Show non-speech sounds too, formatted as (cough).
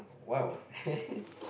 !wow! (laughs)